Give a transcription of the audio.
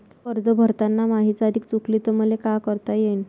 कर्ज भरताना माही तारीख चुकली तर मले का करता येईन?